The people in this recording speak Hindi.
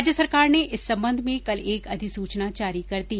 राज्य सरकार ने इस संबंध में कल एक अधिसुचना जारी कर दी